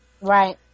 right